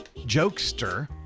jokester